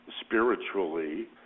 spiritually